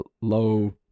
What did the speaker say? low